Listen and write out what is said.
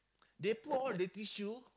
they put all the tissue